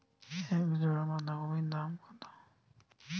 এক জোড়া বাঁধাকপির দাম কত?